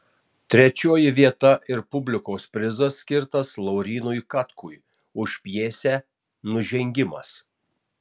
trečioji vieta ir publikos prizas skirtas laurynui katkui už pjesę nužengimas